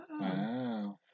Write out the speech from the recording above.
Wow